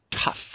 tough